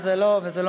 וזו לא מליצה.